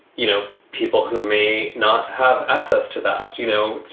you know, people who may not have access to that you know,